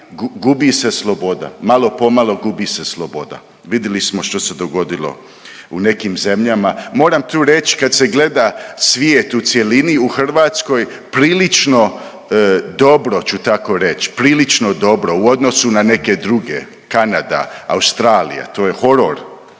gubi se sloboda. Malo pomalo gubi se sloboda. Vidjeli smo što se dogodilo u nekim zemljama. Moram tu reć kad se gleda svijet u cjelini, u Hrvatskoj prilično dobro ću tako reć, prilično dobro u odnosu na neke druge. Kanada, Australija, to je horor.